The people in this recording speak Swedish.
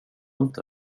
inte